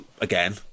again